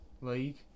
league